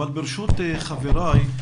אבל ברשות חבריי,